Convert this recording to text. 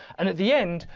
and at the end,